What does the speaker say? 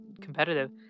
competitive